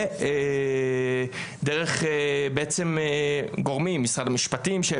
ודרך בעצם גורמים, משרד המשפטים.